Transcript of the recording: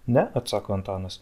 ne atsako antanas